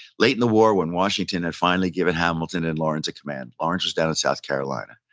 late in the war, when washington had finally given hamilton and lawrence a command, lawrence was down in south carolina.